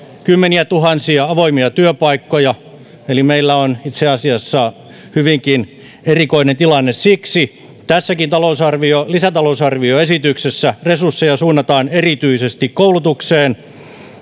kymmeniätuhansia avoimia työpaikkoja eli meillä on itse asiassa hyvinkin erikoinen tilanne siksi tässäkin lisätalousarvioesityksessä resursseja suunnataan erityisesti koulutukseen